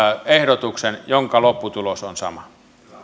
ehdotuksen jonka lopputulos on sama